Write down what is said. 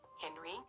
Henry